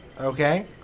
Okay